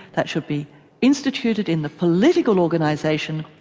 that should be instituted in the political organisation,